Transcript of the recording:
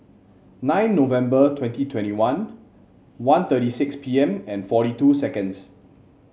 nine November twenty twenty one one thirty six P M and forty two seconds